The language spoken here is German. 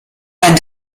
ein